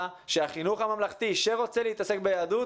שהחינוך הממלכתי שרוצה להתעסק ביהדות,